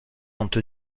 compte